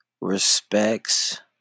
Respects